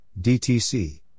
DTC